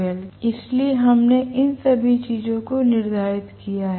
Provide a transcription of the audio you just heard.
इसलिए हमने इन सभी चीजों को निर्धारित किया है